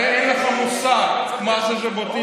הרי אין לך מושג מה זה ז'בוטינסקי,